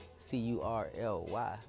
C-U-R-L-Y